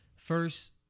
First